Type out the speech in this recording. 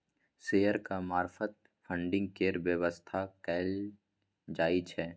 शेयरक मार्फत फडिंग केर बेबस्था कएल जाइ छै